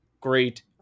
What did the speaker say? great